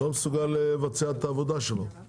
משרד הבריאות לא מסוגל לבצע את העבודה שלו